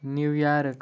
New York